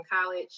college